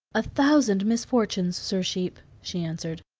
a thousand misfortunes, sir sheep, she answered.